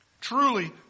Truly